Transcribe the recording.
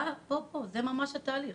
פה פה, זה ממש התהליך.